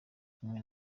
kumwe